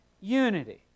unity